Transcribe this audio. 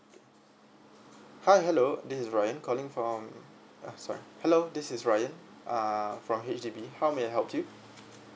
hi hello this is ryan calling from uh sorry hello this is ryan uh from H_D_B how may I help you